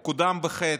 הוא קודם בחטא,